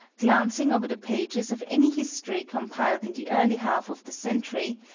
glancing over the pages of any history compiled in the early half of the century,